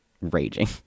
raging